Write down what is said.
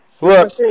look